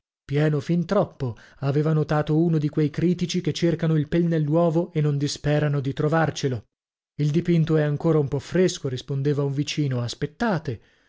pieno fin troppo aveva notato uno di quei critici che cercano il pel nell'uovo e non disperano di trovarcelo il dipinto è ancora un po fresco rispondeva un vicino aspettate